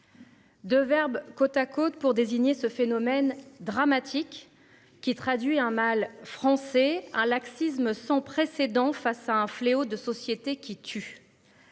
2 verbes côte à côte pour désigner ce phénomène dramatique qui traduit un mal français, un laxisme sans précédent face à un fléau de société qui tue.